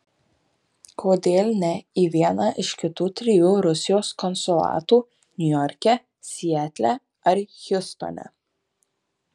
kodėl ne į vieną iš kitų trijų rusijos konsulatų niujorke sietle ar hjustone